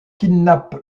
kidnappe